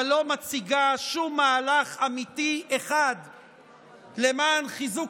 אבל לא מציגה שום מהלך אמיתי אחד למען חיזוק